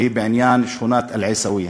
והיא בעניין שכונת אל-עיסאוויה.